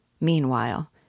Meanwhile